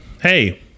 Hey